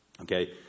okay